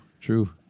true